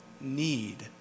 need